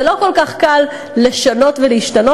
זה לא כל כך קל לשנות ולהשתנות.